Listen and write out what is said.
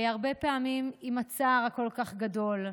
הרבה פעמים עם הצער הכל-כך גדול,